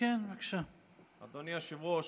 אדוני היושב-ראש,